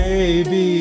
Baby